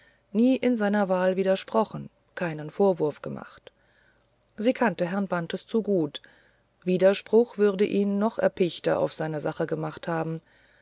nie in seiner wahl widersprochen keinen vorwurf gemacht sie kannte herrn bantes zu gut widerspruch würde ihn noch erpichter auf seine sache gemacht haben